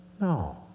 No